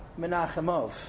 Menachemov